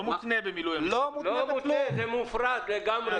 לא מותנה, זה מופרד לגמרי.